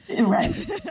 Right